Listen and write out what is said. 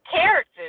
character